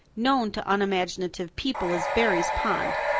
known to unimaginative people as barry's pond.